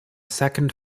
second